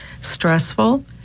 stressful